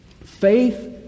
Faith